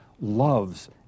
loves